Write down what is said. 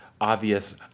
obvious